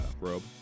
robe